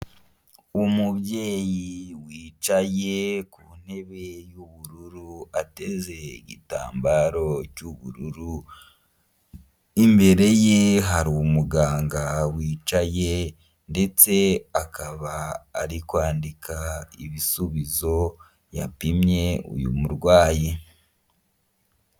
Umubyeyi wicaye ku ntebe y'ubururu ateze igitambaro cy'ubururu, imbere ye hariri umuganga wicaye ndetse akaba ari kwandika ibisubizo yapimye uyu murwayi.